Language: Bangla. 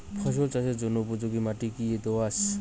ফসল চাষের জন্য উপযোগি মাটি কী দোআঁশ?